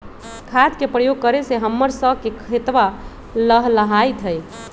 खाद के प्रयोग करे से हम्मर स के खेतवा लहलाईत हई